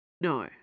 no